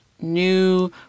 new